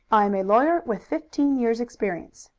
i am a lawyer with fifteen years' experience.